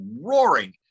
roaring